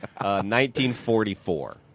1944